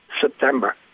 September